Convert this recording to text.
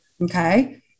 okay